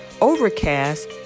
Overcast